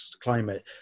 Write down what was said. climate